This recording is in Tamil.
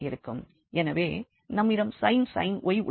எனவே நம்மிடம் sin y உள்ளது